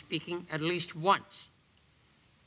speaking at least once